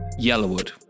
Yellowwood